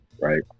Right